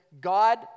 God